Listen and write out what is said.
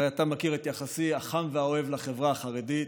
הרי אתה מכיר את יחסי הם והאוהב לחברה החרדית.